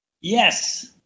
Yes